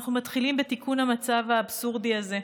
אנחנו מתחילים בתיקון המצב האבסורדי הזה.